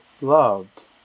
Loved